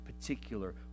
particular